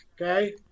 okay